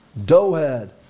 Doehead